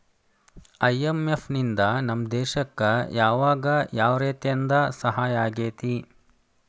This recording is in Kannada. ಐ.ಎಂ.ಎಫ್ ನಿಂದಾ ನಮ್ಮ ದೇಶಕ್ ಯಾವಗ ಯಾವ್ರೇತೇಂದಾ ಸಹಾಯಾಗೇತಿ?